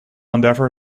endeavour